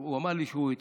הוא אמר שהוא יצרף.